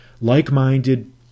like-minded